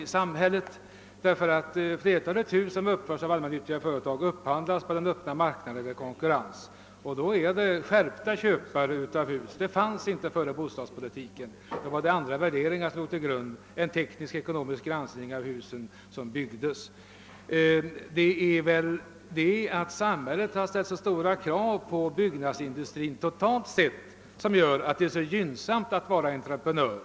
Flertalet av de hus som uppförs av allmännyttiga företag upphandlas nämligen på den öppna marknaden med konkurrens och då av skärpta husköpare. Tidigare fanns inte sådana ty då låg andra värderingar till grund och ingen teknisk-ekonomisk granskning av de hus som byggdes ägde rum. Samhället har ställt stora krav på byggnadsindustrin totalt sett, och det medför att det är gynnsamt att vara entreprenör.